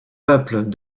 peuples